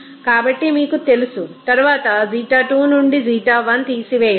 కాబట్టి మీకు తెలుసు తర్వాత ξ2 నుండి ξ1 తీసివేయవచ్చు